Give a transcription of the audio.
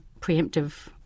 preemptive